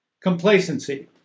complacency